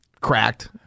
cracked